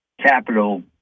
capital